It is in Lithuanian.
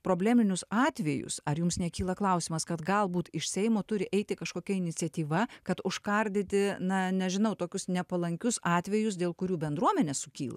probleminius atvejus ar jums nekyla klausimas kad galbūt iš seimo turi eiti kažkokia iniciatyva kad užkardyti na nežinau tokius nepalankius atvejus dėl kurių bendruomenė sukyla